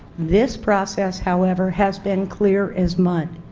this process however has been clear as mud.